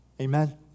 Amen